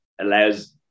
allows